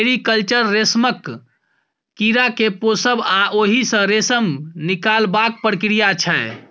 sericulture रेशमक कीड़ा केँ पोसब आ ओहि सँ रेशम निकालबाक प्रक्रिया छै